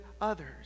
others